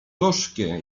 gorzkie